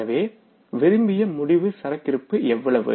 எனவே விரும்பிய முடிவு சரக்கிருப்பு எவ்வளவு